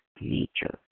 nature